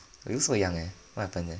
I look so young eh what happened there